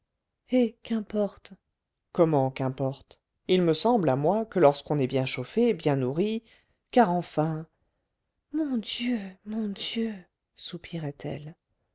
eh qu'importe comment qu'importe il me semble à moi que lorsqu'on est bien chauffé bien nourri car enfin mon dieu mon dieu